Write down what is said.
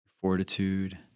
fortitude